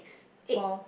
eight